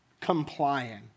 Complying